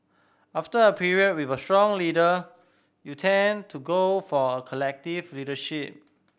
after a period with a strong leader you tend to go for a collective leadership